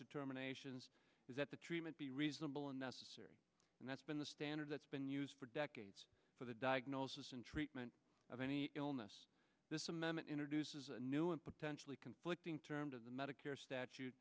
determination that the treatment be reasonable and necessary and that's been the standard that's been used for decades for the diagnosis and treatment of any illness this amendment introduces a new and potentially conflicting terms of the medicare statute